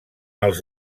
els